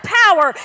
power